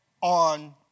on